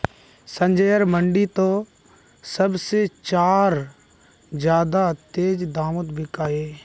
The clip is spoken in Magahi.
संजयर मंडी त सब से चार ज्यादा तेज़ दामोंत बिकल्ये